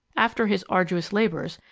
after his arduous labors,